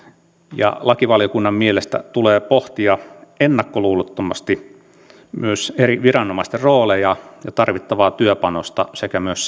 ja lakivaliokunnan mielestä tulee pohtia ennakkoluulottomasti myös eri viranomaisten rooleja ja tarvittavaa työpanosta sekä myös